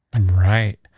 right